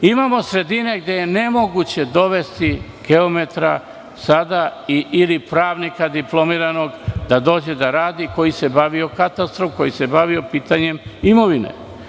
Imamo sredine gde je nemoguće dovesti geometra sada ili pravnika diplomiranog, da dođe da radi, koji se bavio katastrom, koji se bavio pitanjem imovine.